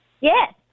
Yes